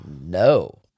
no